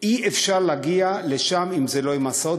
אי-אפשר להגיע לשם אם זה לא בהסעות,